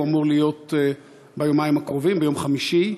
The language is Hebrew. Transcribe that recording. הוא אמור להיות ביומיים הקרובים, ביום חמישי.